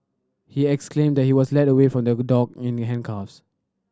he exclaimed that he was led away from the dock in handcuffs